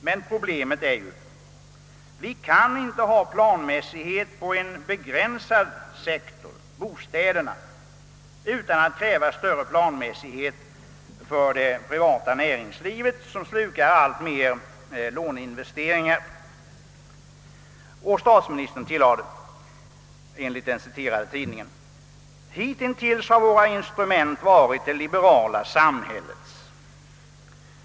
Men huvudproblemet är ju: vi kan inte ha planmässighet på en avgränsad sektor — bostäderna — utan att kräva större planmässighet för det privata näringslivet som slukar allt mer låneinvesteringar.» Statsministern tillade, enligt den citerade tidningen: »Hitintills har våra instrument varit det liberala samhällets.